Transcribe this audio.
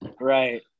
Right